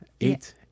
Eight